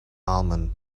almond